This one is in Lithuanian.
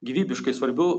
gyvybiškai svarbių